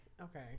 Okay